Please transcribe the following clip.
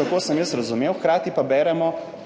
tako sem jaz razumel, hkrati pa beremo,